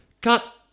Cut